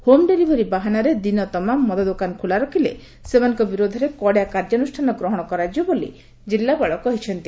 home delivery ବାହାନରେ ଦିନ ତମାମ ମଦ ଦୋକାନ ଖୋଲି ରଖିଲେ ସେମାନଙ୍କ ବିରୋଧରେ କଡ଼ା କାର୍ଯ୍ୟାନୁଷ୍ଠାନ ଗ୍ରହଣ କରାଯିବ ବୋଲି ଜିଲ୍ଲାପାଳ କହିଛନ୍ତି